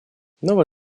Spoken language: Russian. новая